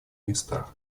местах